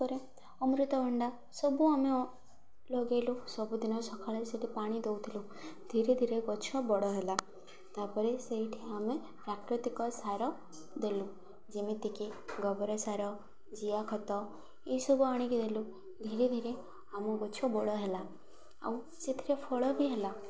ତା'ପରେ ଅମୃତଭଣ୍ଡା ସବୁ ଆମେ ଲଗାଇଲୁ ସବୁଦିନ ସକାଳେ ସେଇଠି ପାଣି ଦଉଥିଲୁ ଧୀରେ ଧୀରେ ଗଛ ବଡ଼ ହେଲା ତା'ପରେ ସେଇଠି ଆମେ ପ୍ରାକୃତିକ ସାର ଦେଲୁ ଯେମିତିକି ଗୋବର ସାର ଜିଆ ଖତ ଏଇସବୁ ଆଣିକି ଦେଲୁ ଧୀରେ ଧୀରେ ଆମ ଗଛ ବଡ଼ ହେଲା ଆଉ ସେଥିରେ ଫଳ ବି ହେଲା